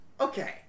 Okay